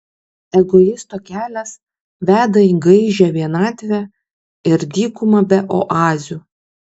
egoisto kelias veda į gaižią vienatvę ir dykumą be oazių